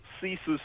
ceases